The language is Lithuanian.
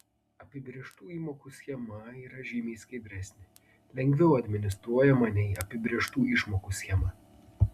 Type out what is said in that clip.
apibrėžtų įmokų schema yra žymiai skaidresnė lengviau administruojama nei apibrėžtų išmokų schema